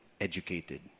educated